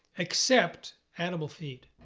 except animal feed.